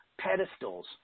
pedestals